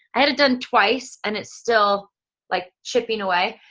i had it done twice and it's still like chipping away.